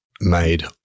made